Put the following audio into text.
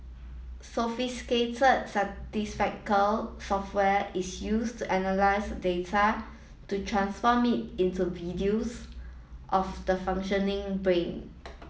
sophisticated Statistical software is used to analyse the data to transform it into videos of the functioning brain